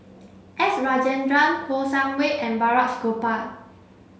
S Rajendran Kouo Shang Wei and Balraj Gopal